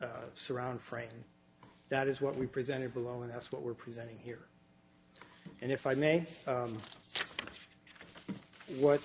n surround frame that is what we presented below and that's what we're presenting here and if i may what